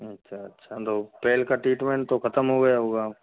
अच्छा अच्छा तो पहले का ट्रीटमेंट तो खत्म हो गया होगा